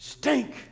stink